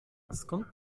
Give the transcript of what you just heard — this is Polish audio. skąd